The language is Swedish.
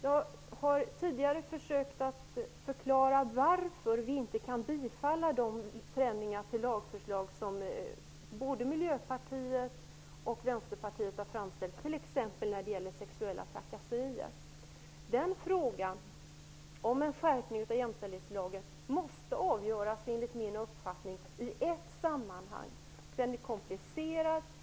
Jag har tidigare försökt förklara varför vi inte kan bifalla de förslag till förändringar av lagförslag som både Miljöpartiet och Vänsterpartiet har framställt, t.ex. när det gäller sexuella trakasserier. Frågan om en skärpning av jämställdhetslagen måste, enligt min uppfattning, avgöras i ett sammanhang. Den är komplicerad.